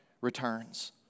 returns